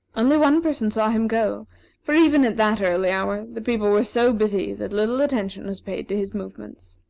only one person saw him go for, even at that early hour, the people were so busy that little attention was paid to his movements.